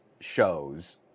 shows